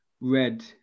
red